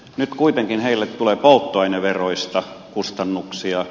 nyt kuitenkin heille tulee polttoaineveroista kustannuksia